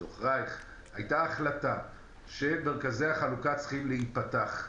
בדוח רייך הייתה החלטה שמרכזי החלוקה צריכים להיפתח,